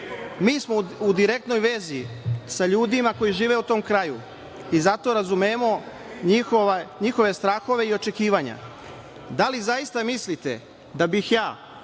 Mi smo u direktnoj vezi sa ljudima koji žive u tom kraju i zato razumemo njihove strahove i očekivanja. Da li zaista mislite da bih ja